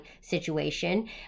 situation